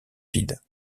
vide